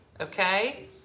Okay